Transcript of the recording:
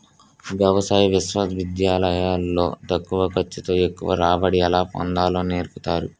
వ్యవసాయ విశ్వవిద్యాలయాలు లో తక్కువ ఖర్చు తో ఎక్కువ రాబడి ఎలా పొందాలో నేర్పుతారు